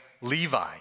Levi